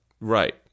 Right